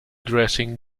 dressing